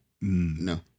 No